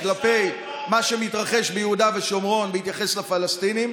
כלפי מה שמתרחש ביהודה ושומרון ביחס לפלסטינים,